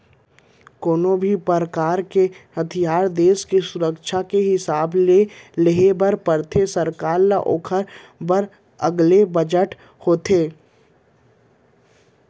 कोनो भी परकार के हथियार देस के सुरक्छा के हिसाब ले ले बर परथे सरकार ल ओखर बर अलगे बजट होथे